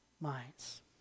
minds